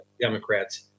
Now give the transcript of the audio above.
Democrats